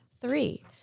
three